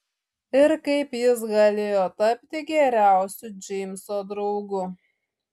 ir kaip jis galėjo tapti geriausiu džeimso draugu